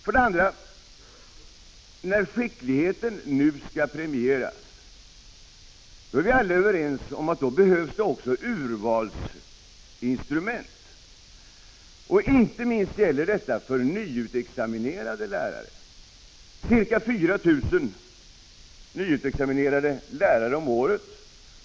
För det andra är vi alla överens om, att när skickligheten nu skall premieras behövs det urvalsinstrument. Inte minst gäller detta för nyutexaminerade lärare — ca 4 000 om året.